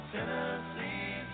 Tennessee